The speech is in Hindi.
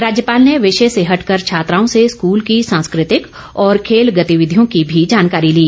राज्यपाल ने विषय से हटकर छात्राओं से स्कूल की सांस्कृतिक और खेल गतिविधियों की भी जानकारी ली